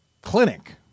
clinic